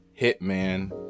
Hitman